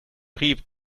rive